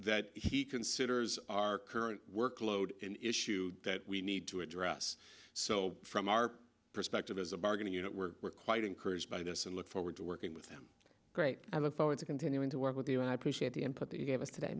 that he considers our current workload an issue that we need to address so from our perspective as a bargaining unit we're quite encouraged by this and look forward to working with him great i look forward to continuing to work with you and i appreciate the input they gave us today